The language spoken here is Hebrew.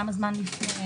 כמה זמן לפני,